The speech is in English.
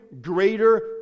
greater